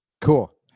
Cool